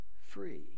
free